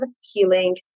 healing